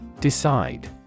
Decide